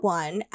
one